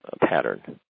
pattern